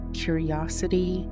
curiosity